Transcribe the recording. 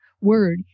word